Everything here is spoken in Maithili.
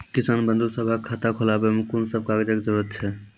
किसान बंधु सभहक खाता खोलाबै मे कून सभ कागजक जरूरत छै?